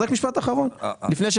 משפט אחרון לפני,